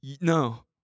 No